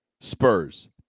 Spurs